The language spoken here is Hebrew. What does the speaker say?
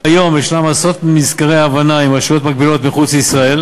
כיום יש עשרות מזכרי הבנה עם רשויות מקבילות מחוץ לישראל,